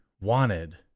wanted